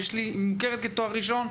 והכרה בתואר ראשון,